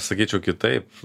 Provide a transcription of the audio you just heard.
sakyčiau kitaip